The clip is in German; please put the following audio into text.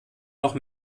noch